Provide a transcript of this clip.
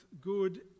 good